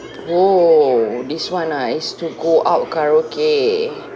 oh this [one] ah is to go out karaoke